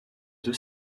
deux